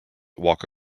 walk